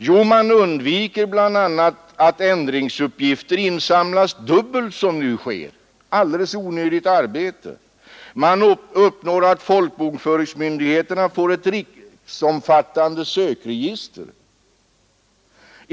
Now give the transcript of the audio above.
Ja, man undviker bl.a. att ändringsuppgifter insamlas dubbelt, centralt personsom nu sker — ett alldeles onödigt arbete. Man uppnår att folkbokregister, m.m. föringsmyndigheterna får ett riksomfattande sökregister.